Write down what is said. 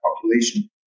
population